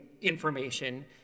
information